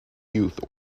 youth